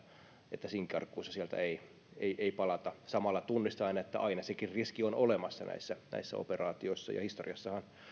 että sinkkiarkuissa sieltä ei ei palata mutta samalla tunnistaen että aina sekin riski on olemassa näissä näissä operaatioissa historiassahan